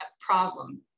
problem